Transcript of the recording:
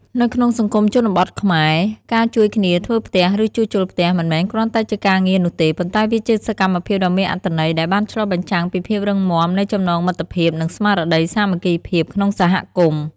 នៅក្នុងសង្គមជនបទខ្មែរ ការជួយគ្នាធ្វើផ្ទះឬជួសជុលផ្ទះមិនមែនគ្រាន់តែជាការងារនោះទេ ប៉ុន្តែវាជាសកម្មភាពដ៏មានអត្ថន័យដែលបានឆ្លុះបញ្ចាំងពីភាពរឹងមាំនៃចំណងមិត្តភាពនិងស្មារតីសាមគ្គីភាពក្នុងសហគមន៍។